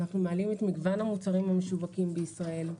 אנחנו מעלים את מגוון המוצרים המשווקים בישראל,